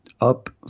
up